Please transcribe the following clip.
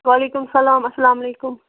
وعلیکُم سلام اَسلامُ علیکُم